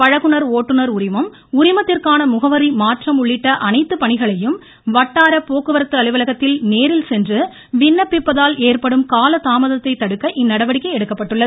பழகுநர் ஓட்டுநர் உரிமம் உரிமத்திற்கான முகவரி மாற்றம் உள்ளிட்ட அனைத்துப் பணிகளையும் வட்டார போக்குவரத்து அலுவலகத்தில் நேரில் சென்று விண்ணப்பிப்பதால் ஏற்படும் கால தாமதத்தை இந்நடவடிக்கை தடுக்க எடுக்கப்பட்டுள்ளது